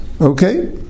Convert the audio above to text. Okay